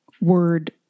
word